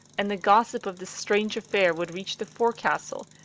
and the gossip of this strange affair would reach the forecastle,